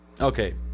Okay